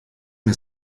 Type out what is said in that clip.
mir